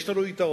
יש לנו יתרון.